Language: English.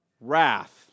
wrath